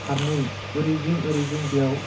फारनै ओरैजिं ओरैजिं बियाव